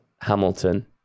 Hamilton